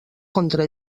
contra